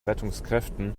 rettungskräften